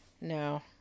No